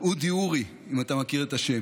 אודי אורי, אם אתה מכיר את השם.